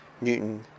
Newton